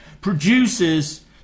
produces